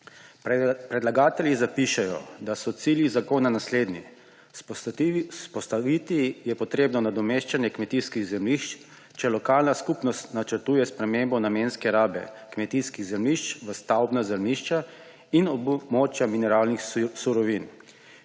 Predlagatelji zapišejo, da so cilji zakona naslednji: vzpostaviti je treba nadomeščanje kmetijskih zemljišč, če lokalna skupnost načrtuje spremembo namenske rabe kmetijskih zemljišč v stavbna zemljišča in območja mineralnih surovin;